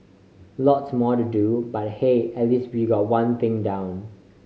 lots more to do but hey at least we've got one thing down